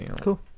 Cool